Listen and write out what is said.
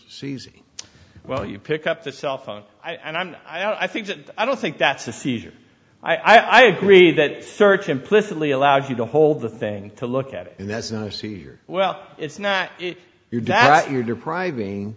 season well you pick up the cell phone i think that i don't think that's a seizure i agree that thirty implicitly allows you to hold the thing to look at it and that's not a seizure well it's not your data you're depriving